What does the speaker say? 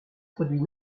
produit